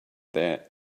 their